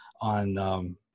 on, –